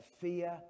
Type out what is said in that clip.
fear